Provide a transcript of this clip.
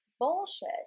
bullshit